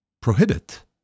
prohibit